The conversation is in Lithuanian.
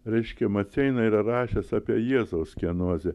reiškia maceina yra rašęs apie jėzaus skenozę